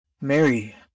Mary